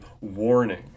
warning